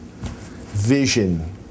vision